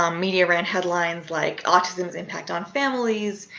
um media ran headlines like autism's impact on families.